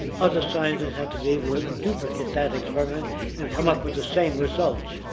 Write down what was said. other scientists have to be able to duplicate that experiment and come up with the same results.